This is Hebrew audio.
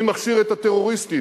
מי מכשיר את הטרוריסטים?